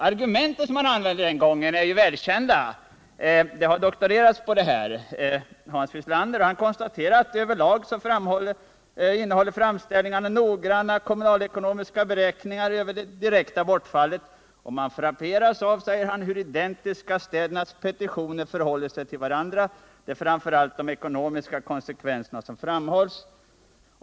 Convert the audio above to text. Argumenten som man använde den gången är väl kända. Hans Wieslander har doktorerat på detta ämne, och han konstaterar att över lag innehåller framställningarna noggranna kommunalekonomiska beräkningar över det direkta bortfallet. Man frapperas av, säger han, hur identiska städernas petitioner förhåller sig till varandra. Det är framför allt de ekonomiska konsekvenserna som framhållits.